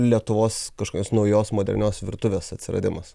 lietuvos kažkokios naujos modernios virtuvės atsiradimas